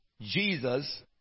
Jesus